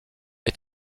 est